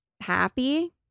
happy